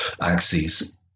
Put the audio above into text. axes